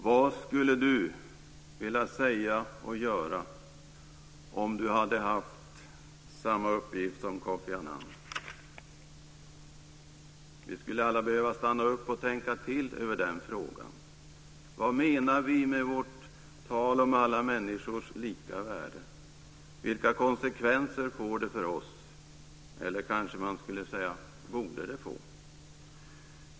Vad skulle du vilja säga och göra om du hade haft samma uppgift som Kofi Annan? Vi skulle alla behöva stanna upp och tänka till när det gäller den frågan. Vad menar vi med vårt tal om alla människors lika värde? Vilka konsekvenser får det för oss, eller borde det få, kanske man skulle säga?